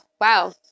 wow